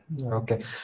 Okay